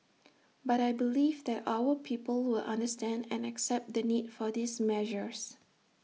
but I believe that our people will understand and accept the need for these measures